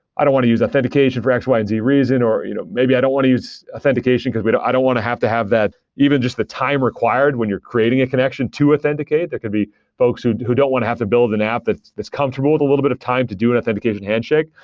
i don't want to use authentication for x y and z reason, or you know maybe i don't want to use authentication, because i don't want to have to have that even just the time required when you're creating a connection to authenticate. there could be folks who who don't want to have to build an app that's that's comfortable with a little bit of time to do an authentication handshakes.